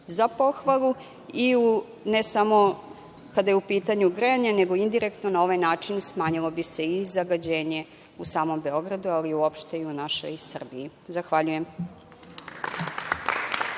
za pohvalu i ne samo kada je u pitanju grejanje, nego indirektno na ovaj način smanjilo bi se i zagađenje u samom Beogradu, ali uopšte i u našoj Srbiji. Zahvaljujem.